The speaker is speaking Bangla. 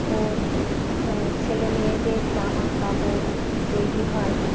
ও ছেলেমেয়েদের জামাকাপড় তৈরি হয়